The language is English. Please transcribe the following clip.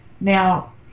Now